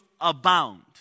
abound